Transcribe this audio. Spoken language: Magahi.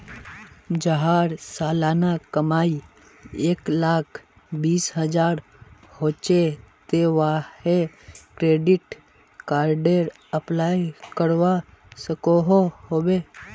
जहार सालाना कमाई एक लाख बीस हजार होचे ते वाहें क्रेडिट कार्डेर अप्लाई करवा सकोहो होबे?